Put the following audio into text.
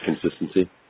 consistency